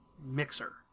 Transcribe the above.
Mixer